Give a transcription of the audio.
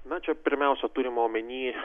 na čia pirmiausia turima omeny